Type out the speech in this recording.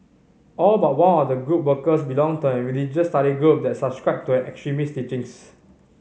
all but one of the group workers belonged to a religious study group that subscribed to extremist teachings